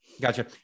Gotcha